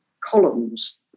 columns